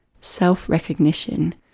self-recognition